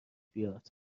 بیاد